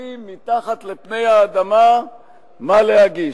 מחפשים מתחת לפני האדמה מה להגיש.